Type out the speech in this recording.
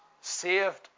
saved